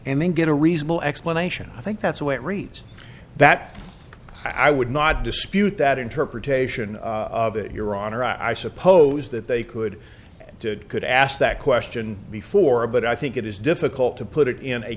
and then get a reasonable explanation i think that's the way it reads that i would not dispute that interpretation of it your honor i suppose that they could and could ask that question before but i think it is difficult to put it in a